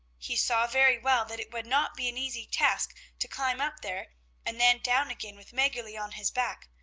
he saw very well that it would not be an easy task to climb up there and then down again with maggerli on his back,